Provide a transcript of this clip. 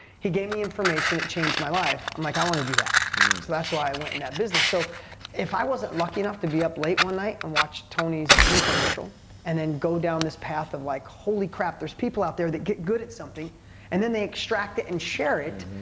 he gave me information, it changed my life. i'm like, i want to do that. so that's why i went in that business so if i wasn't lucky enough to be up late one night and watch tony's infomercial and then go down this path of like, holy crap, there's people out there that get good at something and then they extract it and share it.